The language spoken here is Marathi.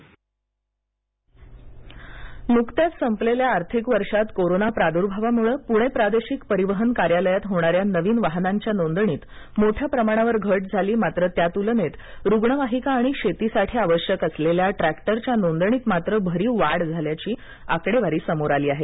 पणे प्रादेशिक परिवहन नुकत्याच संपलेल्या आर्थिक वर्षात कोरोना प्रादुर्भावामुळं पुणे प्रादेशिक परिवहन कार्यालयात होणाऱ्या नवीन वाहनांच्या नोंदणीत मोठ्या प्रमाणावर घट झाली मात्र त्यातुलनेत रुग्णवाहिका आणि शेतीसाठी आवश्यक असलेल्या ट्रॅक्टरच्या नोंदणीत मात्र भरीव वाढ झाल्याची आकडेवारी समोर आली आहे